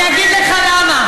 תתביישי לך.